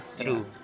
true